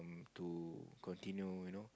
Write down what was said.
to continue you know